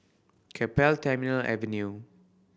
Keppel Terminal Avenue